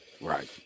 Right